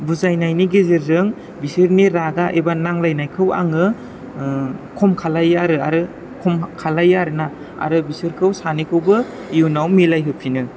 बुजायनायनि गेजेरजों बिसोरनि रागा एबा नांलायनायखौ आङो खम खालामो आरो आरो खम खालामो आरो ना आरो बिसोरखौ सानैखौबो इयुनाव मिलायहोफिनो